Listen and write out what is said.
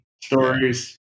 stories